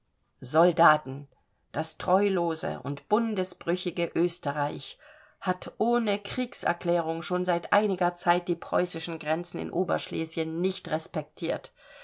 soldaten das treulose und bundesbrüchige österreich hat ohne kriegserklärung schon seit einiger zeit die preußischen grenzen in oberschlesien nicht respektiert